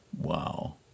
Wow